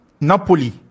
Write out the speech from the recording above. Napoli